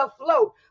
afloat